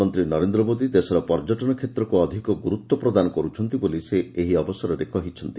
ପ୍ରଧାନମନ୍ତୀ ନରେନ୍ଦ୍ର ମୋଦି ଦେଶର ପର୍ଯ୍ୟଟନ କ୍ଷେତ୍ରକୁ ଅଧିକ ଗୁରୁତ୍ୱ ପ୍ରଦାନ କରୁଛନ୍ତି ବୋଲି ସେ ଏହି ଅବସରେ କହିଛନ୍ତି